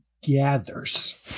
gathers